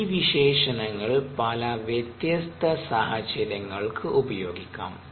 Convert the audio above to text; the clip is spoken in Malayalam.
ഈ വിശേഷണങ്ങൾ പല വ്യത്യസ്ത സാഹചര്യങ്ങൾക്ക് ഉപയോഗിക്കാം